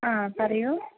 ആ പറയൂ